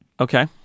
Okay